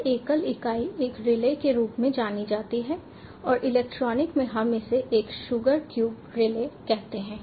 यह एकल इकाई एक रिले के रूप में जानी जाती है और इलेक्ट्रॉनिक में हम इसे एक शुगर क्यूब रिले कहते हैं